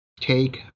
take